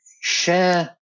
share